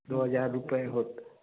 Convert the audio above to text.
दो हज़ार रुपये होता